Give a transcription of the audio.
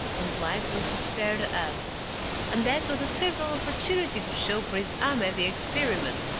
whose life was despaired of and that was a favorable opportunity to show prince ahmed the experiment.